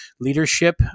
leadership